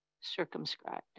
circumscribed